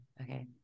okay